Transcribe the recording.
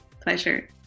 pleasure